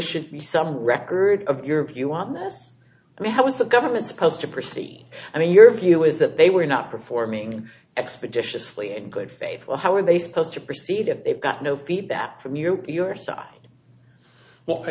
should be some record of your view on this i mean how is the government supposed to proceed i mean your view is that they were not performing expeditiously in good faith well how are they supposed to proceed if they've got no feedback from your side well i